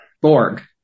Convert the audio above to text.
Borg